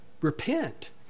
Repent